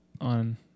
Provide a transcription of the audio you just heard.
on